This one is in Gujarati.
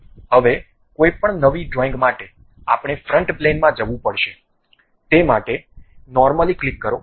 હવે કોઈપણ નવી ડ્રોઇંગ માટે આપણે ફ્રન્ટ પ્લેનમાં જવું પડશે તે માટે નોર્મલી ક્લિક કરો